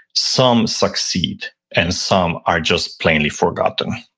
some succeed and some are just plainly forgotten?